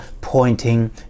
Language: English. pointing